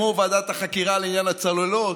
כמו ועדת החקירה לעניין הצוללות,